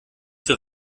für